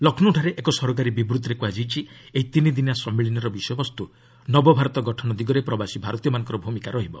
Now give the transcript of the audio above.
ଲକ୍ଷ୍ନୌଠାରେ ଏକ ସରକାରୀ ବିବୃତ୍ତିରେ କୁହାଯାଇଛି ଏହି ତିନିଦିନିଆ ସମ୍ମିଳନୀର ବିଷୟବସ୍ତୁ 'ନବ ଭାରତ ଗଠନ ଦିଗରେ ପ୍ରବାସୀ ଭାରତୀୟମାନଙ୍କ ଭୂମିକା' ରହିବ